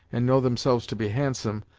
and know themselves to be handsome,